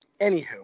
Anywho